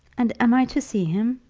and am i to see him?